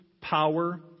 power